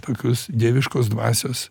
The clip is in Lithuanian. tokius dieviškos dvasios